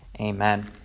Amen